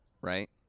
right